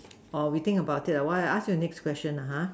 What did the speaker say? or we think about it lah while I ask you the next question lah !huh!